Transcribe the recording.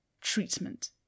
treatment